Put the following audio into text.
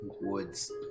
woods